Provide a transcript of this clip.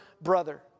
brother